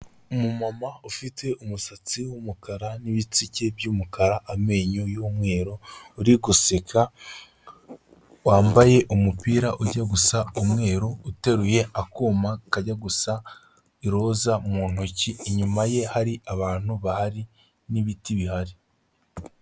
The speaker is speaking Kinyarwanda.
Umumama ufite umusatsi w'umukara n'ibitsike by'umukara, amenyo y'umweru uri guseka wambaye umupira ujya gusa umweru uteruye akuma kajya gusa iroza mu ntoki inyuma ye hari abantu bahari n'ibiti bihari.